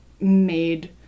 made